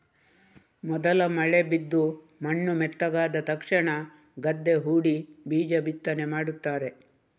ಮೊದಲ ಮಳೆ ಬಿದ್ದು ಮಣ್ಣು ಮೆತ್ತಗಾದ ತಕ್ಷಣ ಗದ್ದೆ ಹೂಡಿ ಬೀಜ ಬಿತ್ತನೆ ಮಾಡ್ತಾರೆ